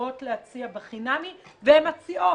אמורות להציע חינמי, והן מציעות